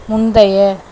முந்தைய